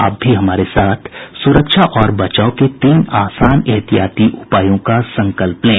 आप भी हमारे साथ सुरक्षा और बचाव के तीन आसान एहतियाती उपायों का संकल्प लें